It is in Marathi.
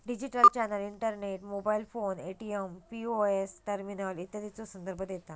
digital channel internet, mobile phone, ATM, POS terminal इत्यादीचो संदर्भ देता